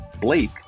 Blake